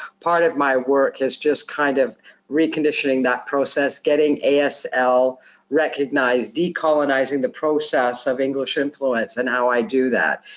part of my work has just kind of reconditioning that process, getting asl recognized, decolonizing the process of english influence and how i do that.